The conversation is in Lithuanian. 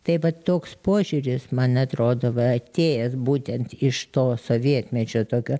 tai vat toks požiūris man atrodo atėjęs būtent iš to sovietmečio tokio